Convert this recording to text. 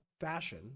fashion